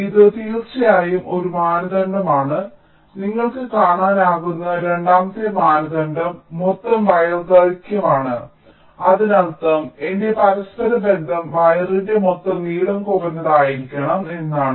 ഇത് തീർച്ചയായും ഒരു മാനദണ്ഡമാണ് നിങ്ങൾക്ക് കാണാനാകുന്ന രണ്ടാമത്തെ മാനദണ്ഡം മൊത്തം വയർ ദൈർഘ്യമാണ് അതിനർത്ഥം എന്റെ പരസ്പര ബന്ധം വയറിന്റെ മൊത്തം നീളം കുറഞ്ഞത് ആയിരിക്കണം എന്നാണ്